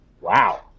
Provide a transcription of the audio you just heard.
Wow